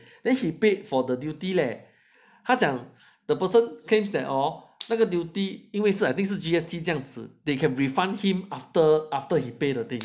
then he paid for the duty leh 他讲 the person claims that orh 那个 duty 因为是 I think 是 G_S_T 这样子 they can refund him after after he pay the thing